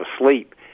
asleep